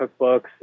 cookbooks